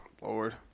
lord